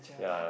yeah